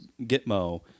Gitmo